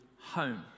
home